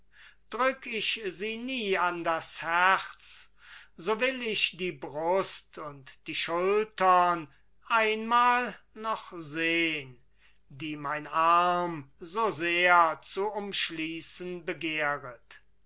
drück ich sie nie an das herz so will ich die brust und die schultern einmal noch sehn die mein arm so sehr zu umschließen begehret